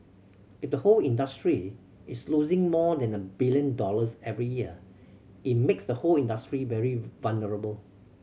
if the whole industry is losing more than a billion dollars every year it makes the whole industry very vulnerable